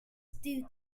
stew